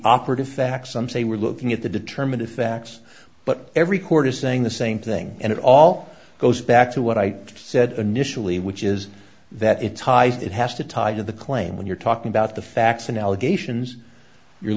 facts some say we're looking at the determine to facts but every court is saying the same thing and it all goes back to what i said initially which is that it's high it has to tie to the claim when you're talking about the facts and allegations you're